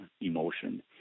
emotion